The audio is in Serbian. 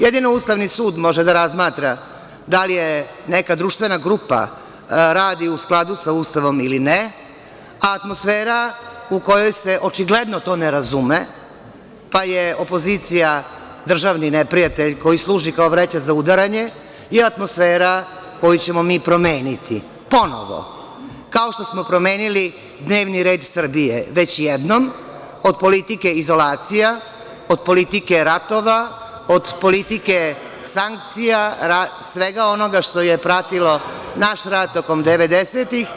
Jedino Ustavni sud može da razmatra da li neka društvena grupa radi u skladu sa Ustavom ili ne, a atmosfera u kojoj se očigledno to ne razume, pa je opozicija državni neprijatelj, koji služi kao vreća za udaranje i atmosfera koju ćemo mi promeniti ponovo, kao što smo promenili dnevni red Srbije već jednom, od politike izolacija, od politike ratova, od politike sankcija, svega onoga što je pratilo naš rad tokom devedesetih.